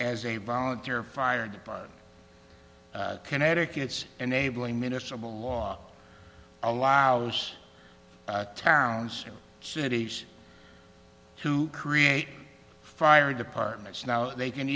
as a volunteer fire department connecticut's enabling municipal law allows towns and cities to create fire departments now they can